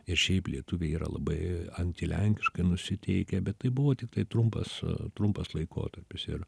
ir šiaip lietuviai yra labai antilenkiškai nusiteikę bet tai buvo tiktai trumpas trumpas laikotarpis ir